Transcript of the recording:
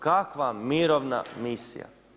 Kakva mirovna misija?